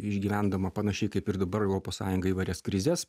išgyvendama panašiai kaip ir dabar europos sąjunga įvairias krizes